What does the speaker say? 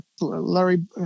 Larry